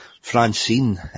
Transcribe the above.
Francine